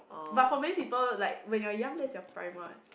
but for main people like when you are young that's your prime what